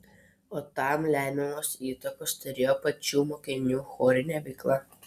o tam lemiamos įtakos turėjo pačių mokinių chorinė veikla